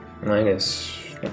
Minus